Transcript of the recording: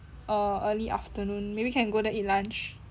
err early afternoon maybe can go there eat lunch